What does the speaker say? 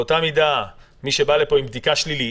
באותה מידה מי שבא לפה עם בדיקה חיובית,